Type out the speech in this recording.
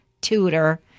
tutor